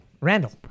Randall